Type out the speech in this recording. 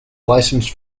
licensed